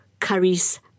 carries